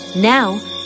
Now